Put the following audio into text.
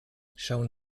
schauen